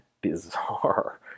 bizarre